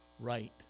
right